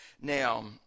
Now